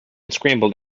scrambled